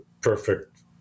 perfect